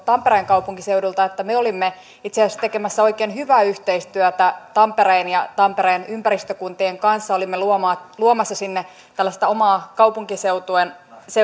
tampereen kaupunkiseudulta että me olimme itse asiassa tekemässä oikein hyvää yhteistyötä tampereen ja tampereen ympäristökuntien kanssa olimme luomassa luomassa sinne tällaista omaa kaupunkiseudun